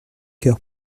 heures